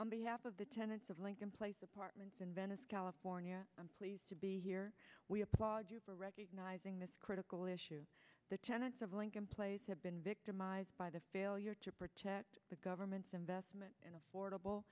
on behalf of the tenants of lincoln place apartments in venice california i'm pleased to be here we applaud you for recognizing this critical issue the tenants of lincoln place have been victimized by the failure to protect the government's investment in affordable